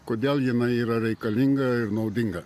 kodėl jinai yra reikalinga ir naudinga